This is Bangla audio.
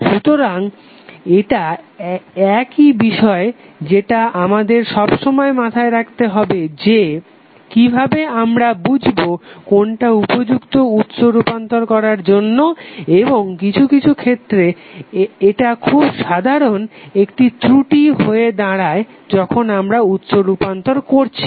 সুতরাং এটা একই বিষয় যেটা আমাদের সবসময় মাথায় রাখতে হবে যে কিভাবে আমরা বুঝবো কোনটা উপযুক্ত উৎস রূপান্তর করার জন্য এবং কিছু ক্ষেত্রে এটা খুব সাধারণ একটা ত্রুটি হয়ে দারায় যখন আমরা উৎস রূপান্তর করছি